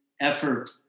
effort